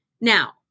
Now